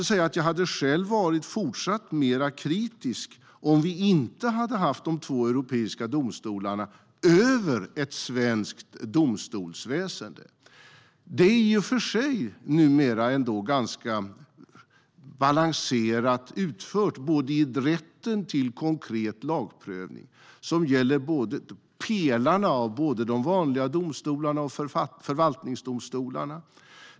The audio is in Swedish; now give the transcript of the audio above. Jag hade själv varit fortsatt kritisk om vi inte hade haft de två europeiska domstolarna över ett svenskt domstolsväsen. Det är i och för sig numera ganska balanserat utfört i rätten till konkret lagprövning som gäller för både de vanliga domstolarna och förvaltningsdomstolarna.